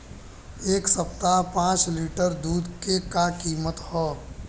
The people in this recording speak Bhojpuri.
एह सप्ताह पाँच लीटर दुध के का किमत ह?